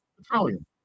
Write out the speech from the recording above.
Italian